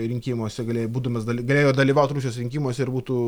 rinkimuose galėjo būdamas dali galėjo dalyvauti rusijos rinkimuose ir būtų